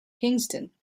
kingston